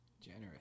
Generous